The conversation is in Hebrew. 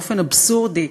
באופן אבסורדי,